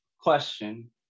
Question